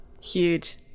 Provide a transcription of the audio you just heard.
Huge